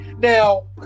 Now